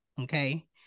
Okay